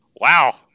wow